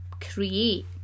create